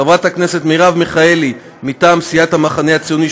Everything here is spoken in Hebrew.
חברת הכנסת מרב מיכאלי מטעם סיעת המחנה הציוני,